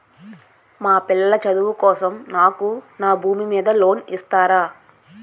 మా పిల్లల చదువు కోసం నాకు నా భూమి మీద లోన్ ఇస్తారా?